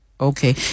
Okay